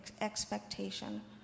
expectation